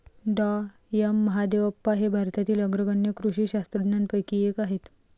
डॉ M Mahadevappa हे भारतातील अग्रगण्य कृषी शास्त्रज्ञांपैकी एक आहेत